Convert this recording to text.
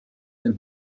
dem